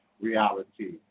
reality